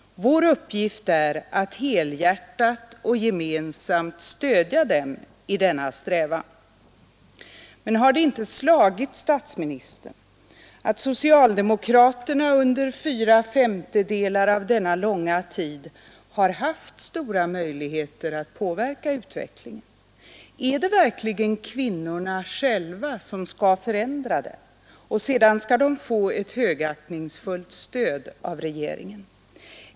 Vår uppgift är att helhjärtat och gemensamt stödja dem i denna strävan.” Men har det inte slagit statsministern att socialdemokraterna under fyra femtedelar av denna långa tid har haft möjligheter att påverka utvecklingen? Är det verkligen kvinnorna själva som skall förändra den och sedan få ett högaktningsfullt stöd av regeringen?